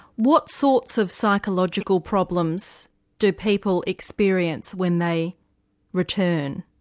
what sorts of psychological problems do people experience when they return?